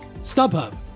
StubHub